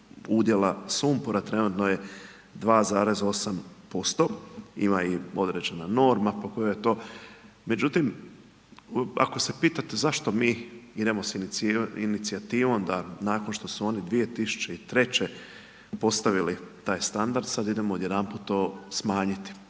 udjela sumpora, trenutno je 2,8%, ima i određena norma po kojoj je to. Međutim, ako se pitate zašto mi idemo s inicijativom da nakon što su oni 2003. postavili taj standard, sad idemo odjedanput to smanjiti?